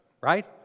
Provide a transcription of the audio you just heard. right